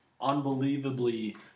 unbelievably